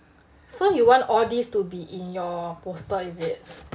so you want all these to be in your poster is it